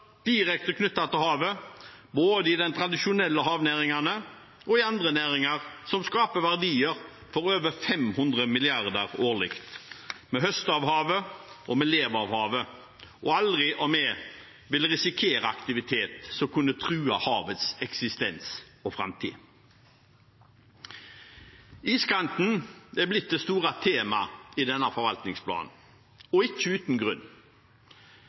direkte knyttet til havet, både i de tradisjonelle havnæringene og i andre næringer, som skaper verdier for over 500 mrd. kr årlig. Vi høster av havet, og vi lever av havet, og aldri om vi vil risikere aktivitet som kunne true havets eksistens og framtid. Iskanten er blitt det store temaet i denne forvaltningsplanen – og ikke uten grunn.